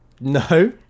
No